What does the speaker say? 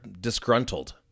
disgruntled